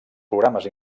programes